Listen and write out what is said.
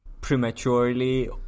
Prematurely